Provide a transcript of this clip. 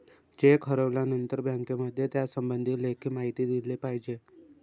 check हरवल्यानंतर बँकेमध्ये त्यासंबंधी लेखी माहिती दिली पाहिजे